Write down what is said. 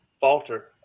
falter